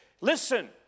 listen